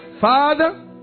Father